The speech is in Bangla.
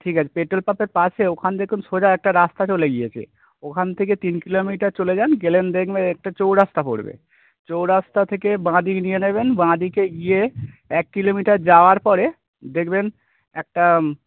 ঠিক আছে পেট্রোল পাম্পের পাশে ওখান দেখুন সোজা একটা রাস্তা চলে গিয়েছে ওখান থেকে তিন কিলোমিটার চলে যান গেলেন দেখবেন একটা চৌরাস্তা পড়বে চৌরাস্তা থেকে বাঁদিক নিয়ে নেবেন বাঁদিকে গিয়ে এক কিলোমিটার যাওয়ার পরে দেখবেন একটা